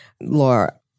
Laura